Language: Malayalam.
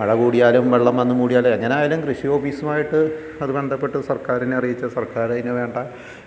മഴ കൂടിയാലും വെള്ളം വന്നു മൂടിയാലും എങ്ങനെയാണെങ്കിലും കൃഷി ഓഫീസുമായിട്ട് അത് ബന്ധപ്പെട്ട് സർക്കാരിനെ അറിയിച്ച സർക്കാർ അതിനു വേണ്ട